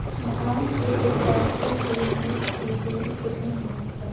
धान के दो पौधों के बीच की दूरी कितनी होनी चाहिए?